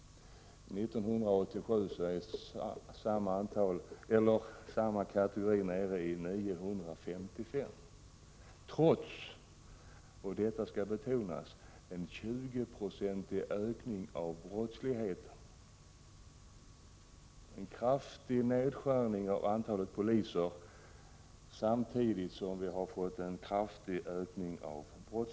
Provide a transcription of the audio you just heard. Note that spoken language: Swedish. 1987 var antalet 955, trots, vilket skall betonas, en 20-procentig ökning av brottsligheten. Det har alltså skett en kraftig nedskärning av antalet poliser samtidigt som brottsligheten har ökat kraftigt.